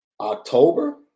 October